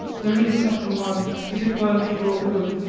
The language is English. there is such an one if it were for your good.